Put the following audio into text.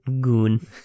goon